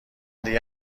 دیگه